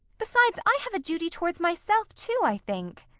besides, i have a duty towards myself, too, i think.